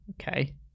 Okay